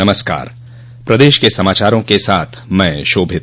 नमस्कार प्रदेश के समाचारों के साथ मैं शोभित